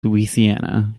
louisiana